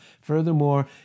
Furthermore